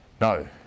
no